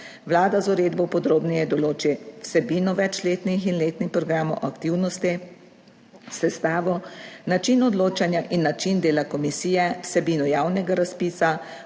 Vlada z uredbo podrobneje določi vsebino več letnih in letnih programov aktivnosti, sestavo, način odločanja in način dela komisije, vsebino javnega razpisa,